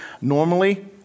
Normally